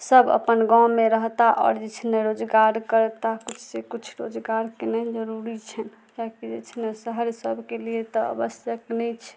सब अपन गाँवमे रहता आओर जे छै ने रोजगार करताह किछु से किछु रोजगार केनाइ जरूरी छै किएकि जे छै ने शहर सबके लिए तऽ आवश्यक नहि छै